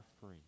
free